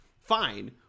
fine